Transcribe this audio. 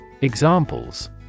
Examples